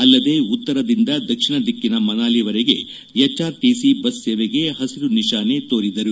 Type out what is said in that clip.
ಅಲ್ಲದೆ ಉತ್ತರದಿಂದ ದಕ್ಷಿಣ ದಿಕ್ಷಿನ ಮನಾಲಿವರೆಗೆ ಹೆಚ್ಆರ್ಟಿಸಿ ಬಸ್ ಸೇವೆಗೆ ಹಸಿರು ನಿಶಾನೆ ತೋರಿದರು